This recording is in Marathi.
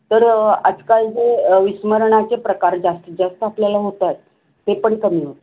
तर आजकाल जे विस्मरणाचे प्रकार जास्तीत जास्त आपल्याला होत आहेत ते पण कमी होतात